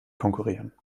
konkurrieren